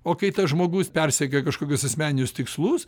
o kai tas žmogus persekioja kažkokius asmeninius tikslus